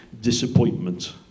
disappointment